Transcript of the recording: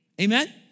Amen